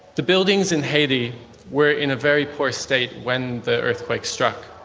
the buildings in haiti were in a very poor state when the earthquake struck.